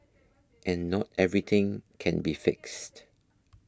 and not everything can be fixed